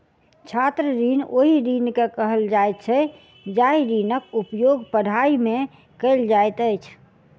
छात्र ऋण ओहि ऋण के कहल जाइत छै जाहि ऋणक उपयोग पढ़ाइ मे कयल जाइत अछि